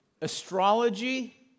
Astrology